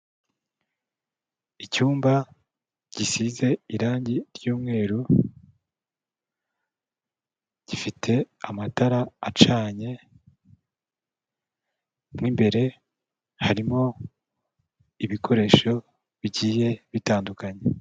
Icyumba gisize irangi ry'umweru, gifite amatara acanye, mo imbere harimo ibikoresho bigiye bitandukanye.